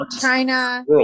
China